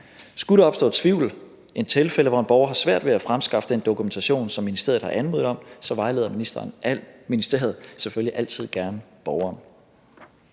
Skulle der opstå tvivl eller tilfælde, hvor en borger har svært ved at fremskaffe den dokumentation, som ministeriet har anmodet om, så vejleder ministeriet selvfølgelig altid gerne borgeren.